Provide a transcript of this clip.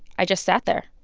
i just sat there.